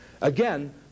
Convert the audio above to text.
Again